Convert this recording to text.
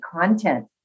content